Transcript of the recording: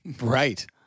Right